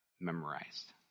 memorized